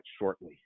shortly